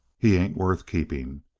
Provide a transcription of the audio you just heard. he ain't worth keeping!